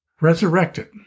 Resurrected